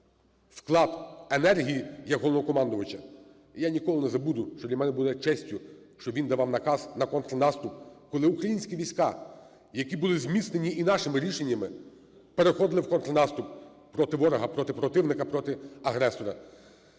вклад енергії як Головнокомандувача. І я ніколи не забуду, що для мене було честю, що він давав наказ на контрнаступ, коли українські війська, які були зміцнені і нашими рішеннями, переходили в контрнаступ проти ворога, проти противника, проти агресора.